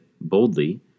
boldly